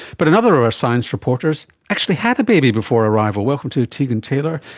but another of our science reporters actually had a baby before arrival. welcome to tegan taylor,